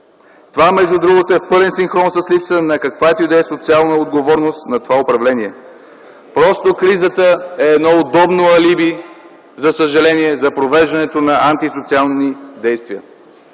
Това между другото е в пълен синхрон с липсата на каквато и да е социална отговорност на това управление. Просто кризата е едно удобно алиби, за съжаление, за провеждането на антисоциални действия.